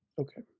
Okay